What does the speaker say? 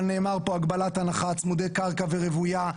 אבל נאמר פה הגבלת הנחה צמודי קרקע ורוויה,